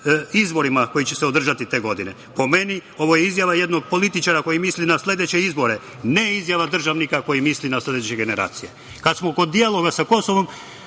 izbore koje će se održati te godine. Po meni, ovo je izjava jednog političara koji misli na sledeće izbore, ne izjava državnika koji misli na sledeće generacije. Kad smo kod dijaloga sa Kosovom,